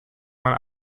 man